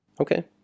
Okay